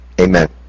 Amen